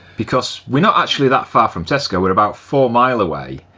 because, we're not actually that far from tesco, we're about four mile away.